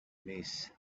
miss